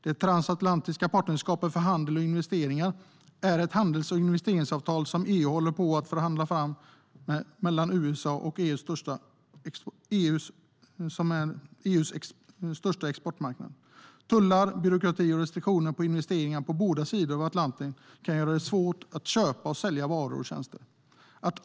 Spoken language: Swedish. Det transatlantiska partnerskapet för handel och investeringar är ett handels och investeringsavtal som EU håller på att förhandla fram med USA - EU:s största exportmarknad. Tullar, byråkrati och restriktioner när det gäller investeringar på båda sidor av Atlanten kan göra det svårt att köpa och sälja varor och tjänster.